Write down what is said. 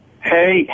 hey